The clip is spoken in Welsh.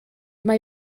mae